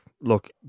look